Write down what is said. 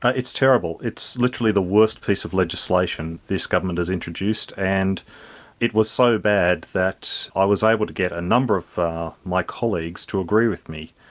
ah it's terrible, it's literally the worst piece of legislation this government has introduced, and it was so bad that i was able to get a number of my colleagues to agree with me,